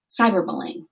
cyberbullying